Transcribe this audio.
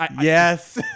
Yes